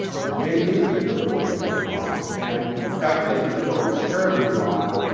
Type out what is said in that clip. there's many infinite number of ways to go wrong. and the fact that i didn't go terribly wrong,